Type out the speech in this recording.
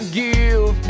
give